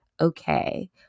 okay